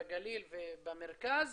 בגליל ובמרכז,